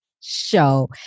show